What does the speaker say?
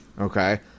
Okay